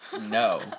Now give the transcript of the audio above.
No